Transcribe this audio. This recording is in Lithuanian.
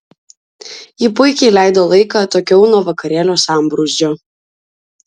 ji puikiai leido laiką atokiau nuo vakarėlio sambrūzdžio